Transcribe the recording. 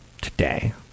today